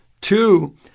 Two